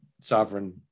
sovereign